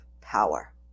power